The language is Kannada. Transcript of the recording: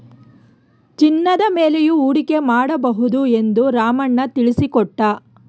ಚಿನ್ನದ ಮೇಲೆಯೂ ಹೂಡಿಕೆ ಮಾಡಬಹುದು ಎಂದು ರಾಮಣ್ಣ ತಿಳಿಸಿಕೊಟ್ಟ